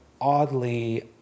oddly